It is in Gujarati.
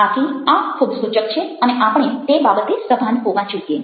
આથી આ ખૂબ સૂચક છે અને આપણે તે બાબતે સભાન હોવા જોઈએ